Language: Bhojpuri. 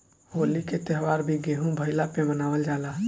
होली के त्यौहार भी गेंहू भईला पे मनावल जाला